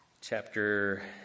Chapter